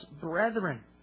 brethren